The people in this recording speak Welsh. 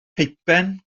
peipen